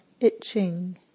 itching